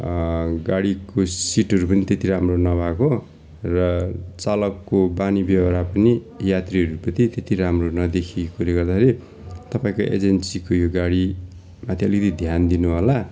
गाडीको सिटहरू पनि त्यति राम्रो नभएको र चालकको बानी बेहोरा पनि यात्रीहरू प्रति त्यति राम्रो नदेखिएकोले गर्दाखेरि तपाईँको एजेन्सीको यो गाडी माथि अलिकति ध्यान दिनु होला